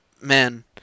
man